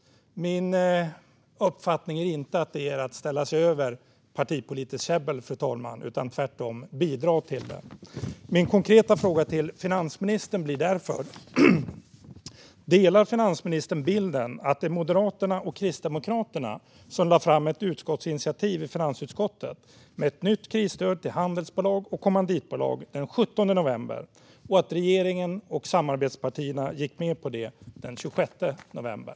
Min uppfattning är inte att det är att sätta sig över partipolitiskt käbbel utan att tvärtom bidra till det. Min konkreta fråga till finansministern blir därför: Delar finansministern bilden att det var Sverigedemokraterna och Kristdemokraterna som lade fram ett utskottsinitiativ i finansutskottet med ett nytt krisstöd till handelsbolag och kommanditbolag den 17 november och att regeringen och samarbetspartierna gick med på det den 26 november?